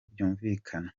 byumvikana